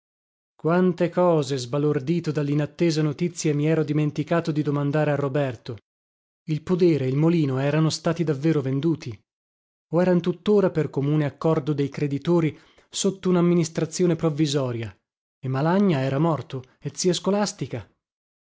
quante cose sbalordito dallinattesa notizia mi ero dimenticato di domandare a roberto il podere il molino erano stati davvero venduti o eran tuttora per comune accordo dei creditori sotto unamministrazione provvisoria e malagna era morto e zia scolastica